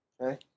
okay